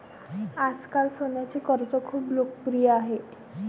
आजकाल सोन्याचे कर्ज खूप लोकप्रिय आहे